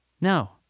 No